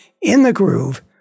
in-the-groove